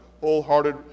wholehearted